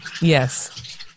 Yes